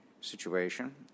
situation